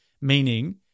Meaning